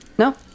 No